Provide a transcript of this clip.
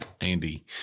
Andy